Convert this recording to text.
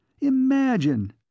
Imagine